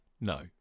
No